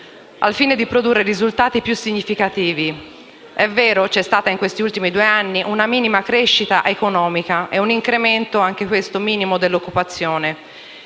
al fine di produrre risultati più significativi. È vero, c'è stata in questi ultimi due anni una minima crescita economica e un incremento - anche questo minimo - dell'occupazione.